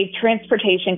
transportation